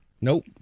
Nope